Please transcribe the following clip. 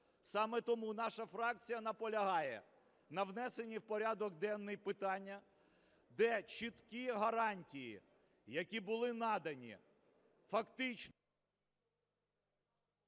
Саме тому наша фракція наполягає на внесенні в порядок денний питання, де чіткі гарантії, які були надані фактично…